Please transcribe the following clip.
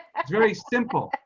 it's very simple.